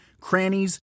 crannies